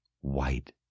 white